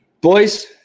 boys